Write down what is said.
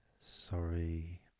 sorry